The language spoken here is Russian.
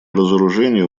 разоружению